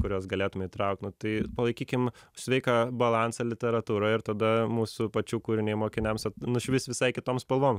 kuriuos galėtume įtraukt nu tai palaikykim sveiką balansą literatūrą ir tada mūsų pačių kūriniai mokiniams nušvis visai kitom spalvom